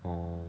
oh